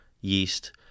yeast